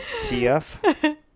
TF